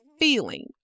Feeling